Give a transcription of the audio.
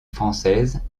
française